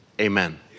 Amen